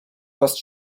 was